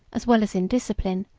as well as in discipline,